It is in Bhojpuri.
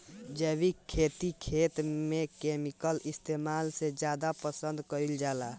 जैविक खेती खेत में केमिकल इस्तेमाल से ज्यादा पसंद कईल जाला